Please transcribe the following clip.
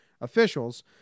officials